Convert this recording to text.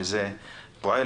שזה פועל,